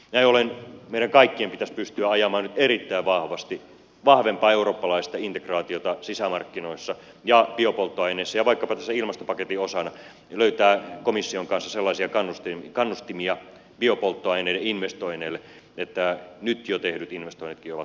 näin ollen meidän kaikkien pitäisi pystyä ajamaan nyt erittäin vahvasti vahvempaa eurooppalaista integraatiota sisämarkkinoissa ja biopolttoaineissa ja vaikkapa tässä ilmastopaketin osana löytää komission kanssa sellaisia kannustimia biopolttoaineiden investoinneille että nyt jo tehdyt investoinnitkin ovat kannattavia